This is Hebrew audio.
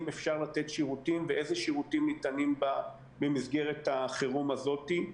אפשר לתת שירותים ואיזה שירותים ניתנים במסגרת החירום הזו.